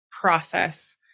process